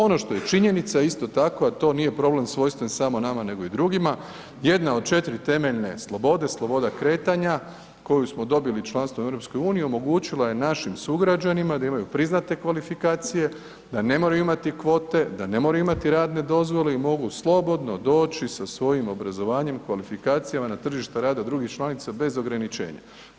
Ono što je činjenica, isto tako, a to nije problem svojstven samo nama nego i drugima, jedna od 4 temeljne slobode, sloboda kretanja, koju smo dobili članstvom u EU omogućila je našim sugrađanima da imaju priznate kvalifikacije, da ne moraju imati kvote, da ne moraju imati radne dozvole i mogu slobodno doći sa svojim obrazovanjem i kvalifikacijama na tržište rada drugih članica bez ograničenja.